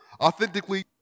authentically